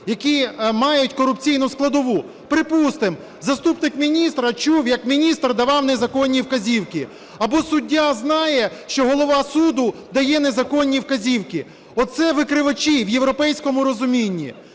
які мають корупційну складову. Припустимо, заступник міністра чув, як міністр давав незаконні вказівки, або суддя знає, що голова суду дає незаконні вказівки, – оце викривачі у європейському розумінні.